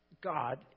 God